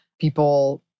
people